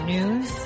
News